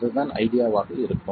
அதுதான் ஐடியா ஆக இருக்கும்